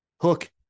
Hook